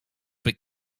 but